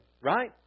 Right